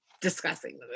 discussing